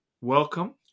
welcome